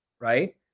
right